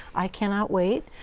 i cannot wait.